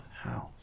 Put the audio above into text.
house